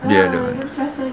the other one